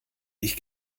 ich